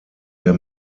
der